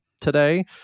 today